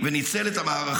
ואתה תלך ----- וניצל את המערכת